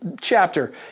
chapter